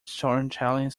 storytelling